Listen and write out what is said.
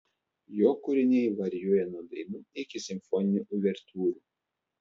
jo kūriniai varijuoja nuo dainų iki simfoninių uvertiūrų